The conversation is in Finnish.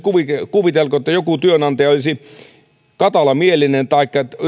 kuvitelko että joku työnantaja olisi katalamielinen taikka